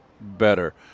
better